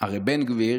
הרי בן גביר